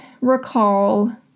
recall